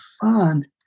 fun